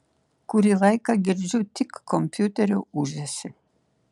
kurį laiką girdžiu tik kompiuterio ūžesį